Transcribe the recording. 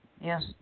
Yes